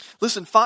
Listen